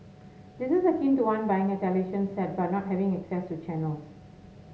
this is akin to one buying a television set but not having access to channels